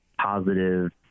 positive